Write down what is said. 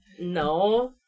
No